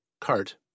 cart